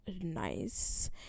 nice